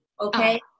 okay